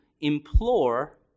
implore